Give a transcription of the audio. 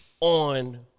on